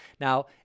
Now